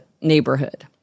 neighborhood